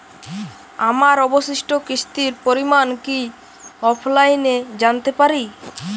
আমার অবশিষ্ট কিস্তির পরিমাণ কি অফলাইনে জানতে পারি?